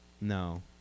No